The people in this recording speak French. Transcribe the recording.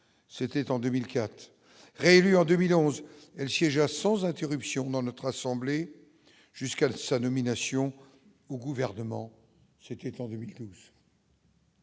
c'était en 2004, réélu en 2011 elle siégea sans interruption dans notre assemblée jusqu'à sa nomination au gouvernement, c'est une